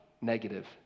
negative